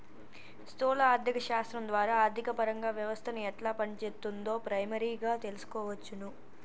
స్థూల ఆర్థిక శాస్త్రం ద్వారా ఆర్థికపరంగా వ్యవస్థను ఎట్లా పనిచేత్తుందో ప్రైమరీగా తెల్సుకోవచ్చును